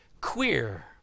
queer